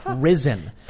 prison